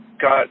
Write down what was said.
got